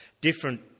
different